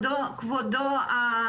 סליחה,